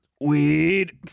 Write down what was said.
Weed